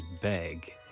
Beg